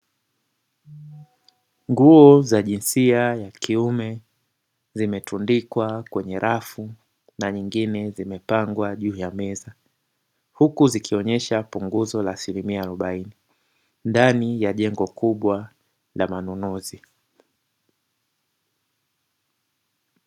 Nguo za jinsia ya kiume zimetundikwa kwenye rafu na nyingine zimepangwa juu ya meza, huku zikionyesha punguzo la asilimia arobaini ndani ya jengo kubwa la manunuzi.